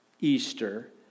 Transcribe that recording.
Easter